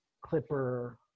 Clipper